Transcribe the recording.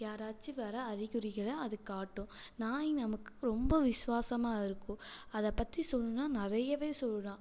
யாராச்சும் வர அறிகுறிகல் அது காட்டும் நாய் நமக்கு ரொம்ப விசுவாசமாக இருக்கும் அதைப் பற்றி சொல்லணுன்னா நிறையவே சொல்லலாம்